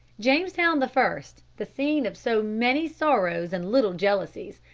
jamestown the first, the scene of so many sorrows and little jealousies,